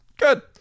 Good